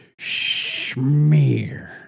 schmear